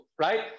right